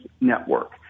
network